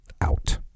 out